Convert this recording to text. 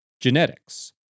Genetics